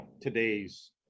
today's